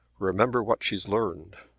remember what she's learned.